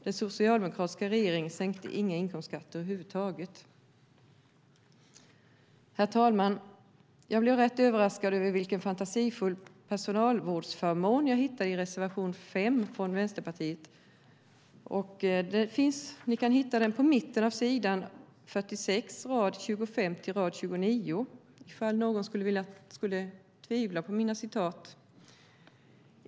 Den socialdemokratiska regeringen sänkte inga inkomstskatter över huvud taget. Herr talman! Jag blev rätt överraskad över vilken fantasifull personalvårdsförmån jag hittade i reservation 5 från Vänsterpartiet. Ni hittar det på mitten av s. 46, rad 25-29, om någon skulle tvivla på mina citat.